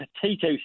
potato